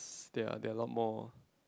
they are they are a lot more